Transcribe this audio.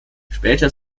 später